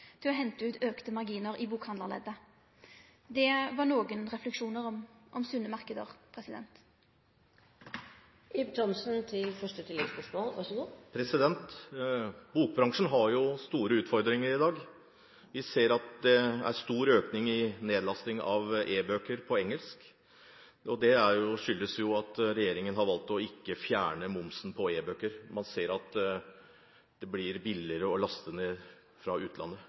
til å hente ut auka marginar i bokhandlarleddet. Det var nokre refleksjonar om sunne marknader. Bokbransjen har store utfordringer i dag. Vi ser at det er stor økning i nedlasting av ebøker på engelsk. Det skyldes at regjeringen har valgt ikke å fjerne momsen på ebøker, man ser at det blir billigere å laste ned fra utlandet